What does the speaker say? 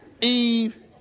Eve